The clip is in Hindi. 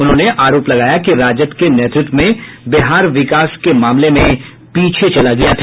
उन्होंने आरोप लगाया कि राजद के नेतृत्व में बिहार विकास के मामले में पीछे चला गया था